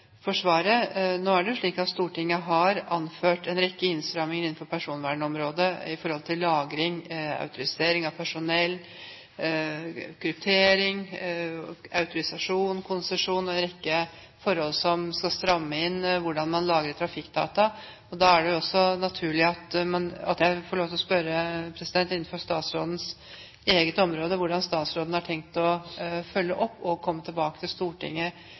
Nå er det jo slik at Stortinget har anført en rekke innstramminger innenfor personvernområdet i forhold til lagring, autorisering av personell, kryptering, autorisasjon, konsesjon og en rekke forhold som skal stramme inn hvordan man lagrer trafikkdata. Da dette er statsrådens eget ansvarsområde, er det jo også naturlig at jeg får lov til å spørre hvordan statsråden har tenkt å følge opp dette og eventuelt komme tilbake til Stortinget